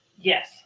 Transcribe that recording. Yes